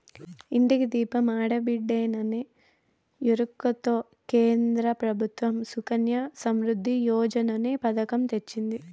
ఇంటికి దీపం ఆడబిడ్డేననే ఎరుకతో కేంద్ర ప్రభుత్వం సుకన్య సమృద్ధి యోజననే పతకం తెచ్చింది